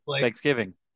Thanksgiving